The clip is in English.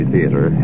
Theater